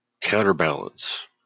counterbalance